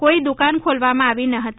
કોઈ દુકાન ખોલવામાં આવેલ ન હતી